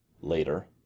later